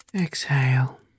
exhale